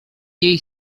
jej